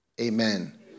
Amen